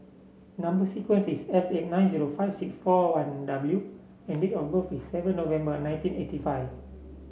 number sequence is S eight nine zero five six four one W and date of birth is seven November nineteen eighty five